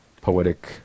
poetic